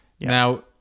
Now